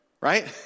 right